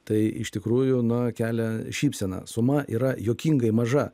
tai iš tikrųjų na kelia šypseną suma yra juokingai maža